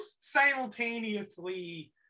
simultaneously